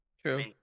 True